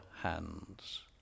hands